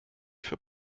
für